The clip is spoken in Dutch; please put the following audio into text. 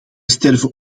sterven